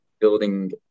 building